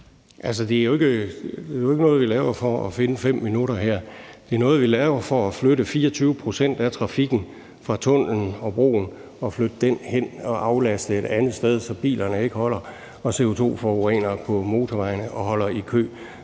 Det er jo ikke noget, vi laver for at finde 5 minutter her. Det er noget, vi laver for at flytte 24 pct. af trafikken fra tunnellen og broen og aflaste trafikken, så bilerne ikke holder i kø og CO2-forurener på motorvejene. Jeg ved